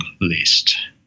list